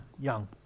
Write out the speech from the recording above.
young